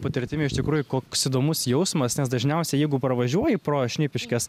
patirtimi iš tikrųjų koks įdomus jausmas nes dažniausiai jeigu pravažiuoji pro šnipiškes